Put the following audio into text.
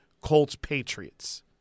Colts-Patriots